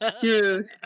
Dude